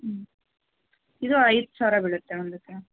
ಹ್ಞೂ ಇದು ಐದು ಸಾವಿರ ಬೀಳುತ್ತೆ ಒಂದಕ್ಕೆ